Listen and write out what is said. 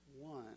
one